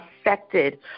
affected